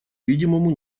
видимому